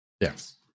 Yes